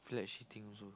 I feel like shitting also